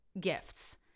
gifts